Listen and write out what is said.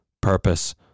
purpose